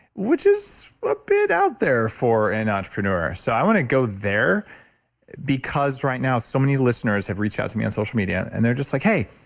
which is a bit out there for an entrepreneur. so, i want to go there because right now, so many listeners have reached out to me on social media and they're just like, hey,